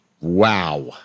Wow